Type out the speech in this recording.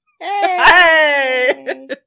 hey